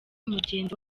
mugenzi